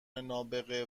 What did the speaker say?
نابغه